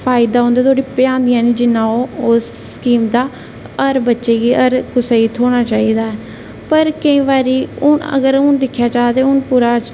फायदा उं'दे तोड़ी पजांदियां निं ओह् फायदा हर बच्चे गी हर कुसै गी थ्होना चाहिदा पर केईं बारी अगर हून दिक्खेआ ते पूरा